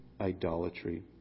idolatry